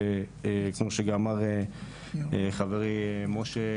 וכמו שגם אמר חברי משה,